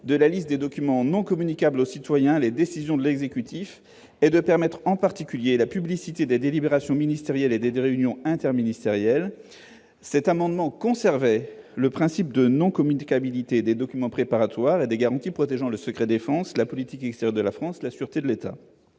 de la liste des documents non communicables aux citoyens les décisions de l'exécutif et de permettre, en particulier, la publicité des délibérations ministérielles et des réunions interministérielles. Cet amendement conservait le principe de non-communicabilité des documents préparatoires, et préservait les garanties protégeant le secret défense, la politique extérieure de la France et la sûreté de l'État.